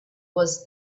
was